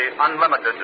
Unlimited